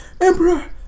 Emperor